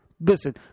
listen